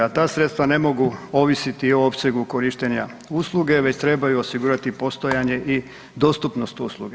Ta sredstva ne mogu ovisiti o opsegu korištenja usluge već trebaju osigurati postojanje i dostupnost usluge.